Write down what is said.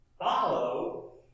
follow